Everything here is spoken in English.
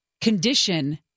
condition